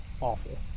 awful